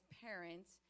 parents